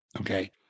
okay